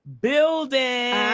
building